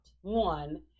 one